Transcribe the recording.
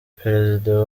perezida